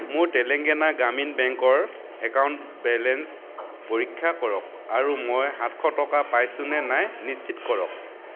মোৰ তেলেঙ্গানা গ্ৰামীণ বেংকৰ একাউণ্ট বেলেঞ্চ পৰীক্ষা কৰক আৰু মই সাতশ টকা পাইছোঁ নে নাই নিশ্চিত কৰক